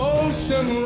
ocean